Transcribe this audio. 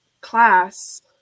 class